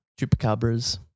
Chupacabras